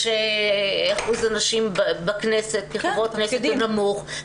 אחוז הנשים בכנסת -- -נמוך,